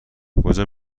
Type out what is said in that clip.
کجا